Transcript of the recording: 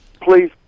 Please